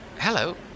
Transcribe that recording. Hello